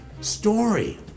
story